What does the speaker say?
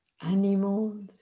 animals